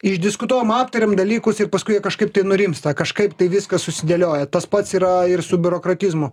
išdiskutuojam aptariam dalykus ir paskui jie kažkaip tai nurimsta kažkaip tai viskas susidėlioja tas pats yra ir su biurokratizmu